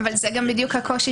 זה בדיוק הקושי,